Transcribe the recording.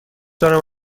دارم